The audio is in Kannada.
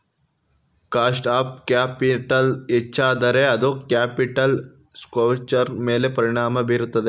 ಕಾಸ್ಟ್ ಆಫ್ ಕ್ಯಾಪಿಟಲ್ ಹೆಚ್ಚಾದರೆ ಅದು ಕ್ಯಾಪಿಟಲ್ ಸ್ಟ್ರಕ್ಚರ್ನ ಮೇಲೆ ಪರಿಣಾಮ ಬೀರುತ್ತದೆ